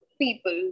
people